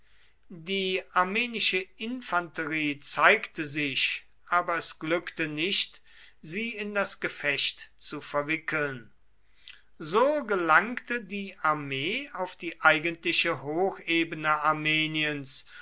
die armenische infanterie zeigte sich aber es glückte nicht sie in das gefecht zu verwickeln so gelangte die armee auf die eigentliche hochebene armeniens